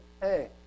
hey